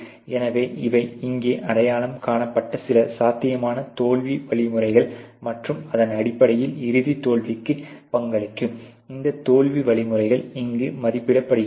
எனவே இவை இங்கே அடையாளம் காணப்பட்ட சில சாத்தியமான தோல்வி வழிமுறைகள் மற்றும் அதன் அடிப்படையில் இறுதி தோல்விக்கு பங்களிக்கும் இந்த தோல்வி வழிமுறைகள் இங்கு மதிப்பிடப்படுகின்றன